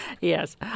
Yes